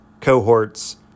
cohorts